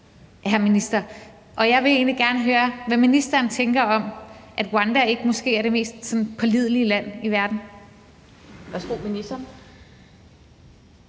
her, hr. minister, og jeg vil egentlig gerne høre, hvad ministeren tænker om, at Rwanda måske ikke er det mest sådan pålidelige land i verden. Kl.